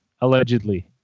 allegedly